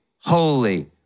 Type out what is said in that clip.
holy